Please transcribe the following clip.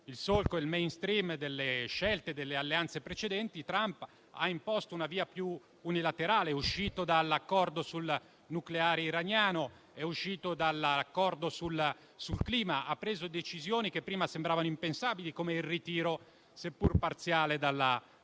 il solco e il *mainstream* delle scelte delle alleanze precedenti, Trump ha imposto una via più unilaterale. È uscito dall'accordo sul nucleare iraniano; è uscito dall'accordo sul clima; ha preso decisioni che sembravano impensabili, come il ritiro, seppur parziale, dalla Siria.